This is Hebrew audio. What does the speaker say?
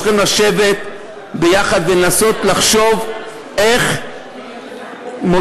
צריך לשבת ביחד ולנסות לחשוב איך מוציאים